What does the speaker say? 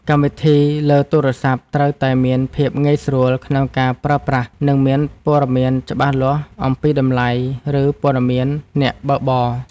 កម្មវិធីលើទូរស័ព្ទត្រូវតែមានភាពងាយស្រួលក្នុងការប្រើប្រាស់ និងមានព័ត៌មានច្បាស់លាស់អំពីតម្លៃ ឬព័ត៌មានអ្នកបើកបរ។